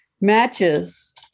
matches